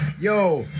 Yo